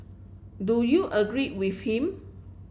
do you agree with him